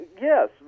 Yes